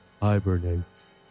hibernates